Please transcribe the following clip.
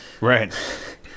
Right